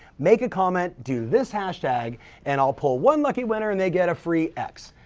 make a comment, do this hashtag and i'll pull one lucky winner and they get a free x.